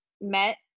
met